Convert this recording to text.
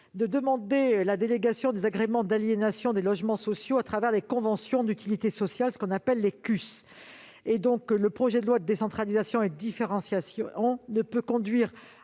de demander la délégation des agréments d'aliénation des logements sociaux à travers les conventions d'utilité sociale, les CUS. Le projet de loi de décentralisation et de différenciation ne peut conduire